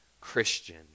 Christian